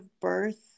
birth